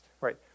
right